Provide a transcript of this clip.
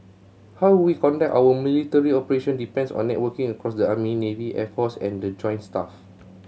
how we conduct our military operation depends on networking across the army navy air force and the joint staff